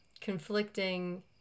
conflicting